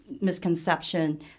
misconception